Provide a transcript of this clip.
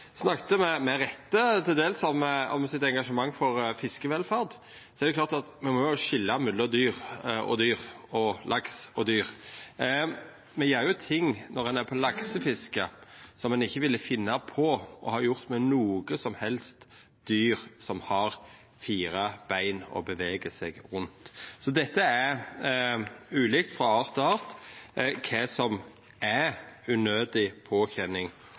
med rette, til dels – om sitt engasjement for fiskevelferd, er det klart at me må skilja mellom dyr og dyr og laks og dyr. Ein gjer ting når ein er på laksefiske som ein ikkje ville finna på å gjera med noko som helst dyr som har fire bein og bevegar seg rundt. Så kva som er unødig påkjenning og belastning, er ulikt frå